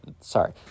sorry